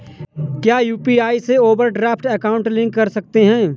क्या यू.पी.आई से overdraft account link कर सकते हैं?